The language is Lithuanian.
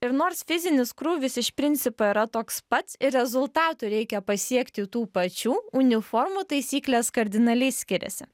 ir nors fizinis krūvis iš principo yra toks pats ir rezultatų reikia pasiekti tų pačių uniformų taisyklės kardinaliai skiriasi